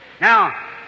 Now